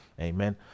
Amen